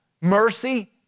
mercy